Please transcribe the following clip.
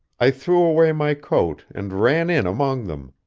i threw away my coat and ran in among them.